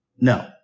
no